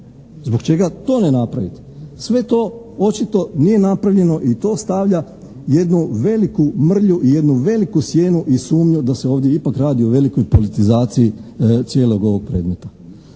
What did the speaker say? Zbog čega to ne napravite? Sve to očito nije napravljeno i to stavlja jednu veliku mrlju i jednu veliku sjenu i sumnju da se ovdje ipak radi o velikoj politizaciji cijelog ovog predmeta.